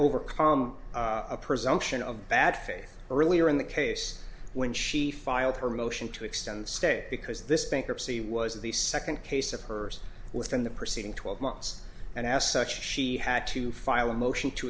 overcome a presumption of bad faith earlier in the case when she filed her motion to extend state because this bankruptcy was the second case of hers within the proceeding twelve months and as such she had to file a motion to